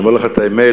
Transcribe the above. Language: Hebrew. אני אומר לך את האמת,